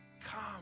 come